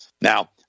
Now